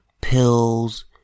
pills